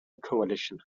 coalition